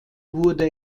wurde